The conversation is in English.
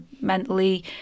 mentally